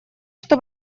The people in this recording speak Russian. что